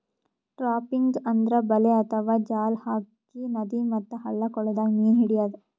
trapping ಅಂದ್ರ ಬಲೆ ಅಥವಾ ಜಾಲ್ ಹಾಕಿ ನದಿ ಮತ್ತ್ ಹಳ್ಳ ಕೊಳ್ಳದಾಗ್ ಮೀನ್ ಹಿಡ್ಯದ್